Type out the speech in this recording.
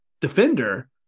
defender